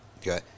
Okay